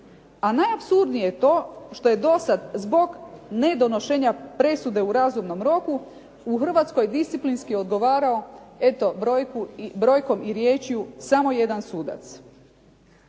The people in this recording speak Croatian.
A najapsurdnije je to što je do sada zbog ne donošenja presude u razumnom roku u Hrvatskoj disciplinski odgovaralo eto brojkom i riječju samo jedan sudac.